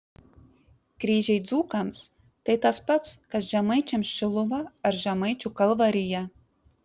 kryžiai dzūkams tai tas pats kas žemaičiams šiluva ar žemaičių kalvarija